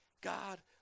God